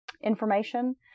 information